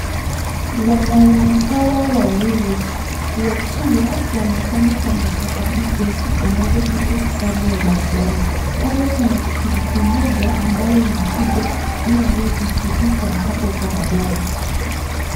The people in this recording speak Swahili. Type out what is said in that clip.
Wanaume hawa wawili wakiwa wanasanya takataka hizo ambazo ziko kando ya barabara. Pale kuna pikipiki moja ambayo inakuja hivi ikipita hapo barabara.